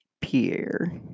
Pierre